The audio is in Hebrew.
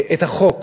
את החוק